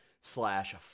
slash